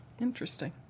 Interesting